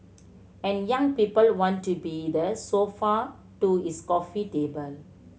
and young people want to be the sofa to his coffee table